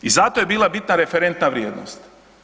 I zato je bila bitna referentna vrijednost.